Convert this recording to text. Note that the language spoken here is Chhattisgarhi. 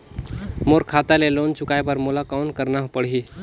मोर खाता ले लोन चुकाय बर मोला कौन करना पड़ही?